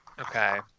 Okay